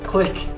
click